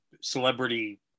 celebrity